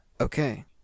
Okay